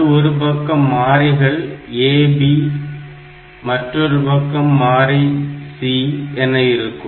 அது ஒரு பக்கம் மாறிகள் A B மற்றொருபக்கம் மாறி C என இருக்கும்